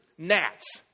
Gnats